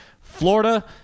Florida